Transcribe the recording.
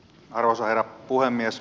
arvoisa herra puhemies